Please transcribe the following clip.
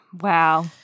Wow